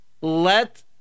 Let